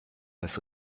das